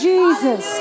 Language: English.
Jesus